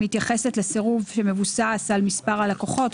מתייחסת לסירוב שמבוסס על מספר הלקוחות,